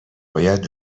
باید